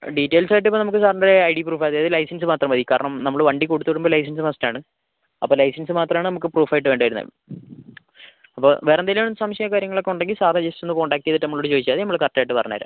ആ ഡീറ്റെയിൽസ് ആയിട്ട് ഇപ്പം നമ്മക്ക് സാറിൻ്റ ഐഡി പ്രൂഫ് അതായത് ലൈസൻസ് മാത്രം മതി കാരണം നമ്മള് വണ്ടി കൊടുത്ത് വിടുമ്പം ലൈസൻസ് മസ്റ്റ് ആണ് അപ്പം ലൈസൻസ് മാത്രം ആണ് നമുക്ക് പ്രൂഫായിട്ട് വേണ്ടി വരുന്നത് അപ്പോൾ വേറെ എന്തേലും സംശയമോ കാര്യങ്ങളൊക്ക ഉണ്ടെങ്കിൽ സാറ് ജസ്റ്റ് ഒന്ന് കോൺടാക്ട് ചെയ്തിട്ട് നമ്മളോട് ചോദിച്ചാൽ മതി നമ്മള് കറക്റ്റ് ആയിട്ട് പറഞ്ഞു തരാം